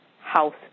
house